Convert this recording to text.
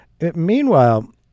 Meanwhile